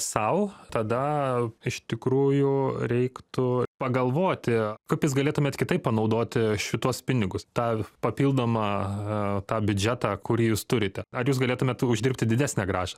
sau tada iš tikrųjų reiktų pagalvoti kaip jūs galėtumėt kitaip panaudoti šituos pinigus tą papildomą tą biudžetą kurį jūs turite ar jūs galėtumėt uždirbti didesnę grąžą